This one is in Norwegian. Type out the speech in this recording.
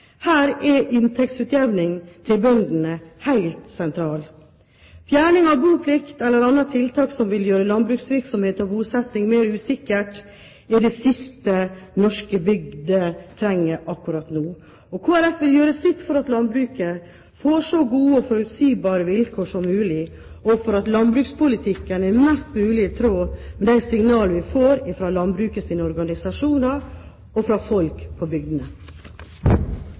Her er inntektsutviklingen til bøndene helt sentral. Fjerning av boplikt eller andre tiltak som vil gjøre landbruksvirksomhet og bosetting mer usikker, er det siste norske bygder trenger akkurat nå. Kristelig Folkeparti vil gjøre sitt for at landbruket får så gode og forutsigbare vilkår som mulig, og for at landbrukspolitikken er mest mulig i tråd med de signalene vi får fra landbrukets organisasjoner og fra folk på bygdene.